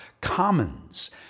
commons